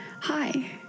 Hi